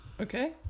Okay